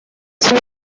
sus